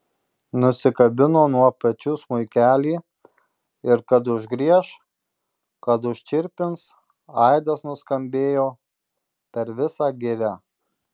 nusikabino nuo pečių smuikelį ir kad užgrieš kad užčirpins aidas nuskambėjo per visą girią